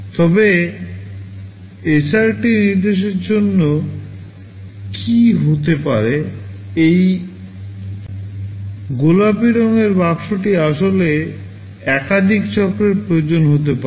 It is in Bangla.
তবে SRT নির্দেশের জন্য কী হতে পারে যে এই গোলাপী রঙের বাক্সটি আসলে একাধিক চক্রের প্রয়োজন হতে পারে